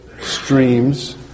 streams